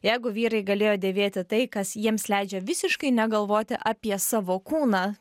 jeigu vyrai galėjo dėvėti tai kas jiems leidžia visiškai negalvoti apie savo kūną